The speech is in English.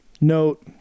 note